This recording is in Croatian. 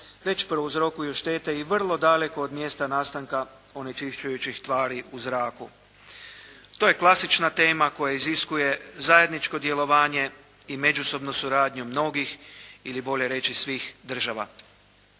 već prouzrokuju štete i vrlo daleko od mjesta nastanka onečišćujućih tvari u zraku. To je klasična tema koja iziskuje zajedničko djelovanje i međusobnu suradnju mnogih ili bolje reći svih država.